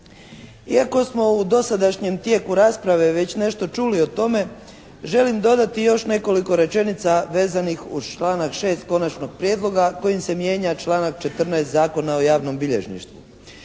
Iako smo u dosadašnjem tijeku rasprave već nešto čuli o tome želim dodati još nekoliko rečenica vezanih uz članak 6. konačnog prijedloga kojim se mijenja članak 14. Zakona o javnom bilježništvu.